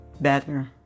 better